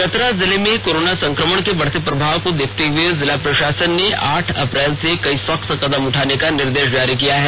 चतरा जिले में कोरोना संक्रमण के बढ़ते प्रभाव को देखते हुए जिला प्रशासन ने आठ अप्रैल से कई सख्त कदम उठाने का निर्देश जारी किया है